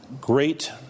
great